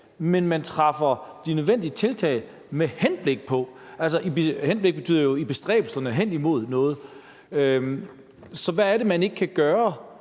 men at man træffer de nødvendige tiltag »med henblik på«. Altså, »henblik« betyder jo i bestræbelserne hen imod noget. Så hvad er det, man ikke kan gøre?